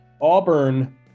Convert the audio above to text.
Auburn